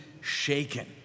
shaken